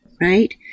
right